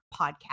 podcast